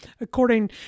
according